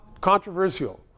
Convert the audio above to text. controversial